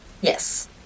Yes